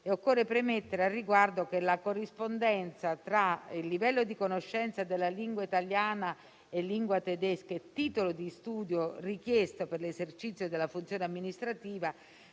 occorre premettere al riguardo che la corrispondenza tra il livello di conoscenza della lingua italiana e di quella tedesca e il titolo di studio richiesto per l'esercizio della funzione amministrativa